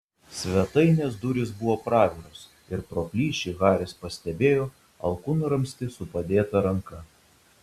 svetainės durys buvo praviros ir pro plyšį haris pastebėjo alkūnramstį su padėta ranka